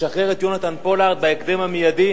לשחרר את יונתן פולארד בהקדם המיידי,